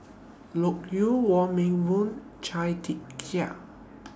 Loke Yew Wong Meng Voon Chia Tee Chiak